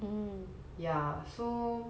ya so